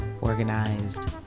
organized